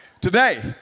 Today